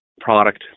product